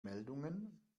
meldungen